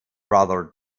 brother